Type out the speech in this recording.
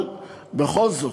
אבל בכל זאת,